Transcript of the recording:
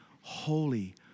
holy